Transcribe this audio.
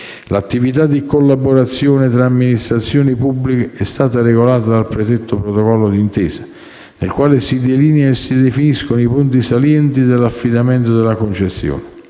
L'attività di collaborazione tra le amministrazioni pubbliche è stata regolata dal predetto protocollo d'intesa nel quale si delineano e si definiscono i punti salienti dell'affidamento della concessione;